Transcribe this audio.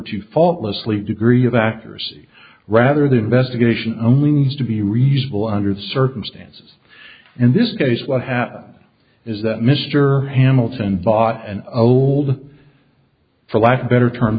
to faultlessly degree of accuracy rather the investigation remains to be reasonable under the circumstances in this case what happened is that mr hamilton bought an old for lack of better term